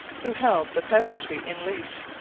who held the peasantry in leash.